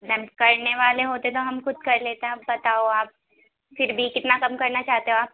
میم کرنے والے ہوتے تو ہم خود کر لیتے اب بتاؤ آپ پھر بھی کتنا کم کرنا چاہتے ہو آپ